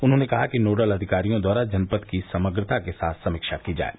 उन्होंने कहा कि नोडल अधिकारियों द्वारा जनपद की समग्रता के साथ समीक्षा की जाये